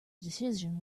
decision